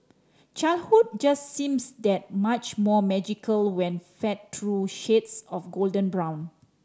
childhood just seems that much more magical when fed through shades of golden brown